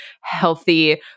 healthy